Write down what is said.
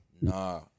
Nah